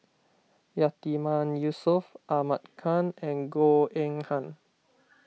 Yatiman Yusof Ahmad Khan and Goh Eng Han